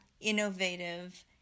innovative